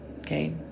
okay